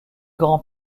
grand